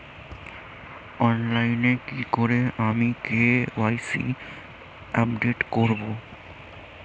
অনলাইনে কি করে আমি কে.ওয়াই.সি আপডেট করব?